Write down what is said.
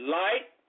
light